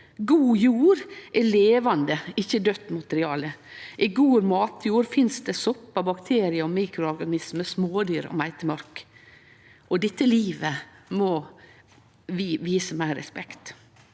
God jord er levande, ikkje daudt materiale. I god matjord finst det soppar, bakteriar, mikroorganismar, smådyr og meitemakk, og dette livet må vi vise meir respekt.